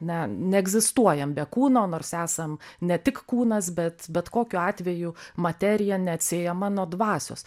na neegzistuojam be kūno nors esam ne tik kūnas bet bet kokiu atveju materija neatsiejama nuo dvasios